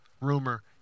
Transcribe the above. rumor